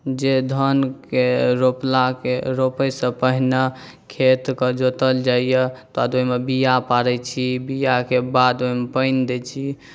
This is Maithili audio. जे धानके रोपलाके रोपैसँ पहिने खेतके जोतल जाइए तकर बाद ओहिमे बीआ पाड़ै छी बीआके बाद ओहिमे पानि दै छी